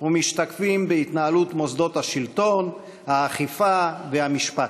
ומשתקפים בהתנהלות מוסדות השלטון, האכיפה והמשפט.